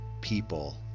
people